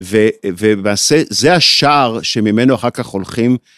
ולמעשה זה השער שממנו אחר כך הולכים.